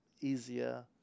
easier